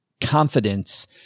confidence